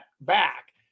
back